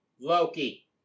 Loki